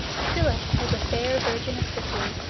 scylla was a fair virgin of sicily,